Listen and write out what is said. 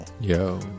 Yo